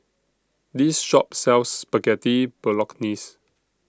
This Shop sells Spaghetti Bolognese